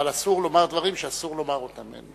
אבל אסור לומר דברים שאסור לומר אותם.